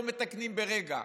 לא מתקנים ברגע.